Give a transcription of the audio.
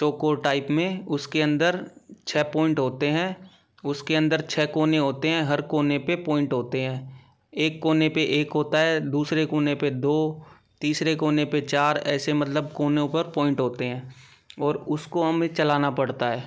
चौकोर टाइप में उसके अंदर छ पॉइंट होते हैं उसके अंदर छ कोने होते हैं हर कोने पे पॉइंट होते हैं एक कोने पे एक होता है दूसरे कोने पे दो तीसरे कोने पे चार ऐसे मतलब कोनों पे पॉइंट होते हैं और उसको हमें चलना पड़ता है